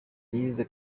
yize